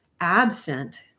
absent